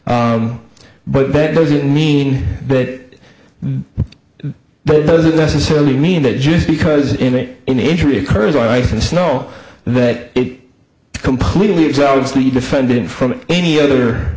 but that doesn't mean that but it doesn't necessarily mean that just because any injury occurs on ice and snow that it completely is out of the defendant from any other